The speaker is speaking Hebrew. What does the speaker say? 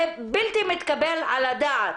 זה בלתי מתקבל על הדעת.